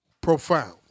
profound